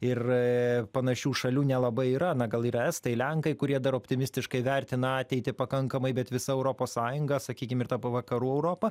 ir panašių šalių nelabai yra na gal yra estai lenkai kurie dar optimistiškai vertina ateitį pakankamai bet visa europos sąjunga sakykim ir ta vakarų europa